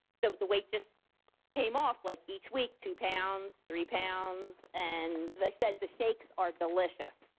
the the weight just came off like each week, two pounds, three pounds. and as i said, the steaks are delicious.